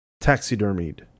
taxidermied